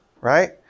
Right